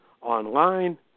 online